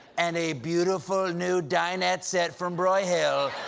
and a beautiful new dinette set from broyhill.